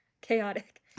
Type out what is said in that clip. chaotic